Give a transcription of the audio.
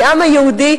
כעם היהודי.